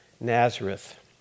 Nazareth